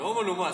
שלמה, נו, מה?